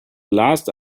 last